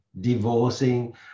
divorcing